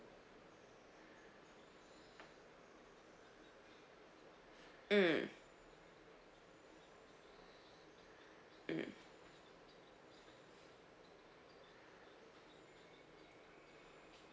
mm mm